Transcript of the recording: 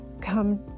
come